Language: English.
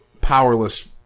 powerless